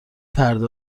پرده